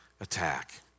attack